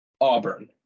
Auburn